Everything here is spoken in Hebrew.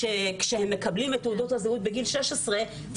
כדי שכשהם מקבלים את תעודות הזהות בגיל 16 לא